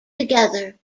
together